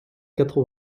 quatre